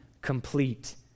complete